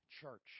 church